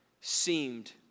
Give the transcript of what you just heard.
seemed